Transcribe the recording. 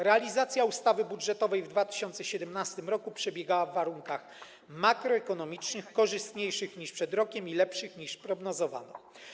Realizacja ustawy budżetowej w 2017 r. przebiegała w warunkach makroekonomicznych korzystniejszych niż przed rokiem i lepszych, niż prognozowano.